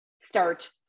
start